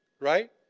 right